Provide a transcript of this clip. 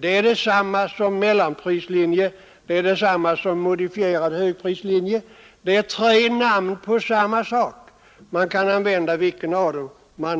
Detta är detsamma som en mellanprislinje och detsamma som en modifierad högprislinje; det är tre olika namn på samma sak, och man kan använda vilket av dem man